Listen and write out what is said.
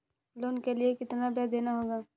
Loan के लिए कितना ब्याज देना होगा?